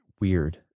Weird